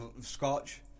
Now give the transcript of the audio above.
scotch